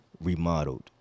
remodeled